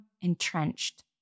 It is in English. entrenched